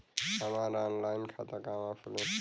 हमार ऑनलाइन खाता कहवा खुली?